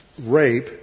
rape